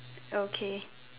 okay